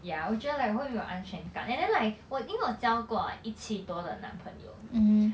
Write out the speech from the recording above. ya 我觉得 like 我会没有安全感 and then like 我因为我交过一七多的男朋友